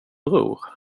bror